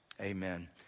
Amen